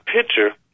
picture